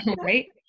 right